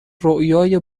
رویای